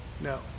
No